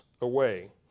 away